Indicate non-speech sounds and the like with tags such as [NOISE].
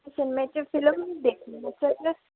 ਸਿਨੇਮੇ 'ਚ ਫਿਲਮ ਦੇਖਣੀ [UNINTELLIGIBLE]